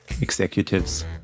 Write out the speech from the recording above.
executives